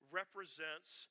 represents